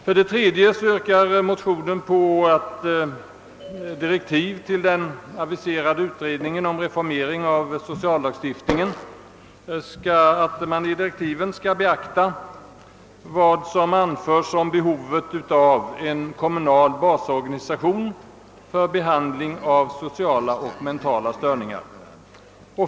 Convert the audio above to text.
För det tredje begär motionärerna »direktiv till den aviserade utredningen om reformering av sociallagstiftningen att beakta vad i motionerna anförts om behovet av kommunal basorganisation för behandling av sociala och mentala störningar».